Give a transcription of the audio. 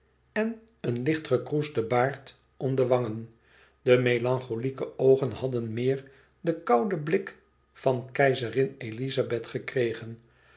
en een lichtgekroesden baard om de wangen de melancholieke oogen hadden meer den kouden blik van keizerin elizabeth gekregen